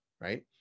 right